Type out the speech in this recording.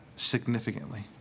significantly